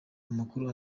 amakuru